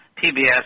PBS